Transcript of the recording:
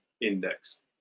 index